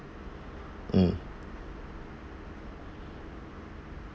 mm